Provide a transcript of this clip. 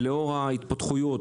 ולאור ההתפתחויות,